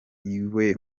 iwe